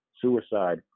suicide